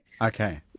Okay